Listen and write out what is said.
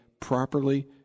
properly